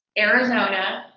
arizona,